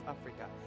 Africa